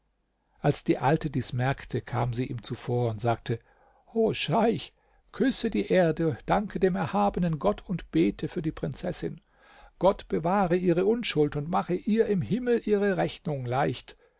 als die alte dies merkte kam sie ihm zuvor und sagte o scheich küsse die erde danke dem erhabenen gott und bete für die prinzessin gott bewahre ihre unschuld und mache ihr im himmel ihre rechnung leicht